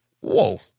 whoa